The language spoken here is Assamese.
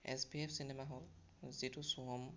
S B F cinema hall যিটো ছ'হাম